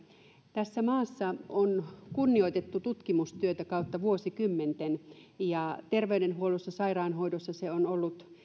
tässä maassa on kunnioitettu tutkimustyötä kautta vuosikymmenten ja terveydenhuollossa sairaanhoidossa se on ollut